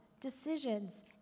decisions